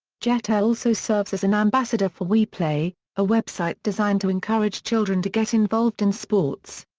jeter also serves as an ambassador for weplay, a website designed to encourage children to get involved in sports.